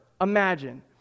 imagine